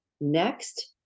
Next